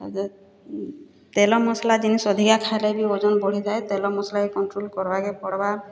ତେଲ ମସଲା ଜିନିଷ୍ ଅଧିକା ଖାଏଲେ ବି ଓଜନ୍ ବଢ଼ିଯାଏ ତେଲ ମସ୍ଲାକେ କଣ୍ଟ୍ରୋଲ୍ କର୍ବାକେ ପଡ଼୍ବା